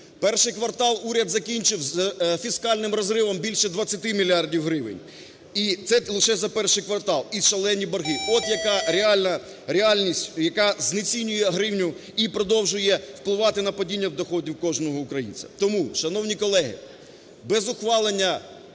Перший квартал уряд закінчив з фіскальним розривом більше 20 мільярдів гривень. І це лише за І квартал, і шалені борги. От яка реальна реальність, яка знецінює гривню і продовжує впливати на падіння доходів кожного українця. Тому, шановні колеги, без ухвалення